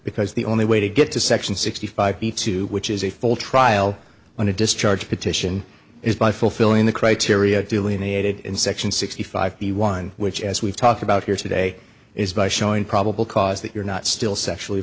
because the only way to get to section sixty five be to which is a full trial on a discharge petition is by fulfilling the criteria duly needed in section sixty five the one which as we've talked about here today is by showing probable cause that you're not still sexually